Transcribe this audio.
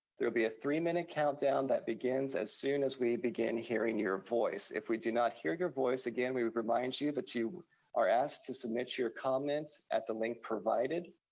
there will be a three-minute countdown that begins as soon as we begin hearing your voice. if we do not hear your voice, again, we would remind you that you are asked to submit your comments at the link provided